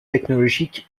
technologique